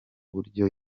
buryo